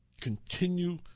continue